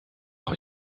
auch